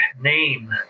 name